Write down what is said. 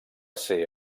ser